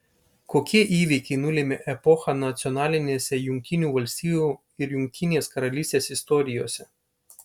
kokie įvykiai nulėmė epochą nacionalinėse jungtinių valstijų ir jungtinės karalystės istorijose